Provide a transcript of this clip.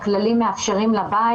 הכללים מאפשרים לבית,